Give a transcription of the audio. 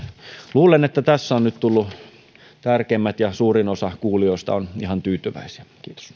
luulen että tässä on nyt tullut tärkeimmät ja suurin osa kuulijoista on ihan tyytyväisiä